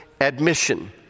admission